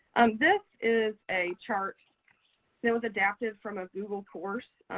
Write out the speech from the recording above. um this is a chart that was adapted from a google course.